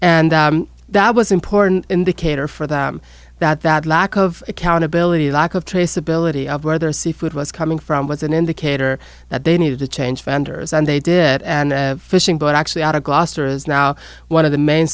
and that was important indicator for them that that lack of accountability lack of traceability of where their seafood was coming from was an indicator that they needed to change vendors and they did and fishing but actually out of gloucester is now one of the main